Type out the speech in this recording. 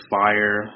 fire